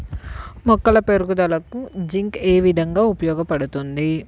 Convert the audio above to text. మొక్కల పెరుగుదలకు జింక్ ఏ విధముగా ఉపయోగపడుతుంది?